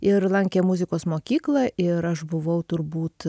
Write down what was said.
ir lankė muzikos mokyklą ir aš buvau turbūt